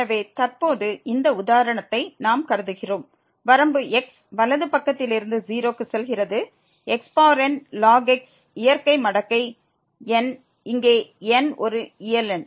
எனவே தற்போது இந்த உதாரணத்தை நாம் கருதுகிறோம் வரம்பு x வலது பக்கத்தில் இருந்து 0 க்கு செல்கிறது xnln x இயற்கை மடக்கை n இங்கே n ஒரு இயல் எண்